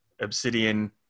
obsidian